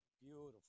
beautiful